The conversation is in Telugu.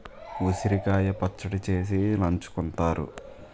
ఉసిరికాయ పచ్చడి చేసి నంచుకుంతారు